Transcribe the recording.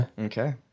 Okay